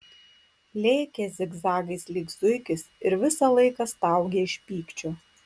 lėkė zigzagais lyg zuikis ir visą laiką staugė iš pykčio